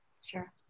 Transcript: Sure